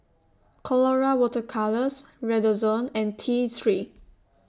Colora Water Colours Redoxon and T three